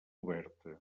oberta